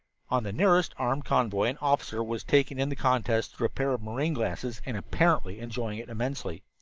on the nearest armed convoy an officer was taking in the contest through a pair of marine glasses, and apparently enjoying it immensely.